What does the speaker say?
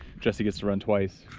jesse gets to run twice.